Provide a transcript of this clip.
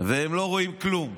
והם לא רואים כלום.